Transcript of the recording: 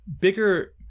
bigger